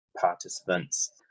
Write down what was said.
participants